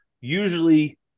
usually